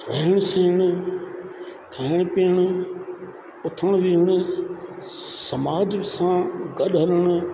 रहणु सहणु खाइणु पीअणु उथणु वेहणु समाज सां गॾु हलणु